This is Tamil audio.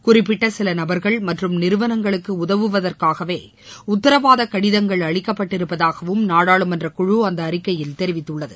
குறிப்பிட்ட சில நபர்கள் மற்றம் நிறவனங்களுக்கு உதவுவதற்காகவே உத்தரவாத கடிதங்கள் அளிக்கப்பட்டிருப்பதாகவும் நாடாளுமன்ற குழு அந்த அறிக்கையில் தெரிவித்துள்ளது